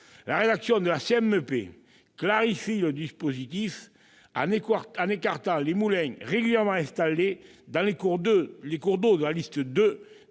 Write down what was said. La rédaction de la CMP clarifie le dispositif, en exonérant les moulins régulièrement installés sur les cours d'eau de la « liste 2